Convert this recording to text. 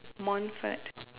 Montfort